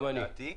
גם אני.